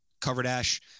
Coverdash